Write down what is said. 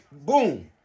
boom